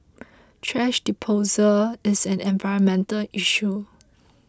thrash disposal is an environmental issue